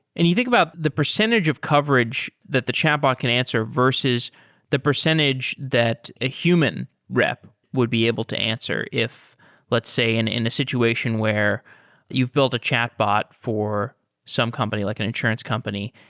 and you think about the percentage of coverage that the chatbot can answer versus the percentage that a human rep would be able to answer. if let's say in in a situation where you've built a chatbot for some company, like an insurance company,